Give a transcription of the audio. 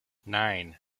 nine